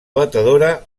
batedora